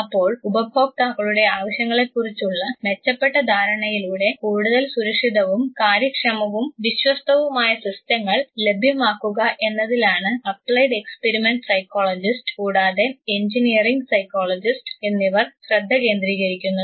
അപ്പോൾ ഉപഭോക്താക്കളുടെ ആവശ്യങ്ങളെകുറിച്ചുള്ള മെച്ചപ്പെട്ട ധാരണയിലൂടെ കൂടുതൽ സുരക്ഷിതവും കാര്യക്ഷമവും വിശ്വസ്തവുമായ സിസ്റ്റങ്ങൾ ലഭ്യമാക്കുക എന്നതിലാണ് അപ്ലൈഡ് എക്സ്പിരിമെൻറ് സൈക്കോളജിസ്റ് കൂടാതെ എൻജിനീയറിങ് സൈക്കോളജിസ്റ് എന്നിവർ ശ്രദ്ധകേന്ദ്രീകരിക്കുന്നത്